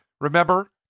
Remember